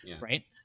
right